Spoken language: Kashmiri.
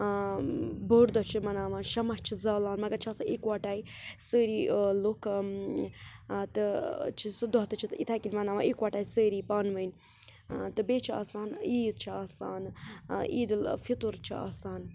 بوٚڑ دۄہ چھِ مَناوان شمع چھِ زالان مگر چھِ آسان یِکوَٹَے سٲری لُکھ تہٕ چھِ سُہ دۄہ تہِ چھِ أسۍ یِتھَے کٔنۍ مَناوان یِکوَٹَے سٲری پانہٕ ؤنۍ تہٕ بیٚیہِ چھِ آسان عیٖد چھِ آسان عیٖدُ الفِطر چھُ آسان